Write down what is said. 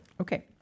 Okay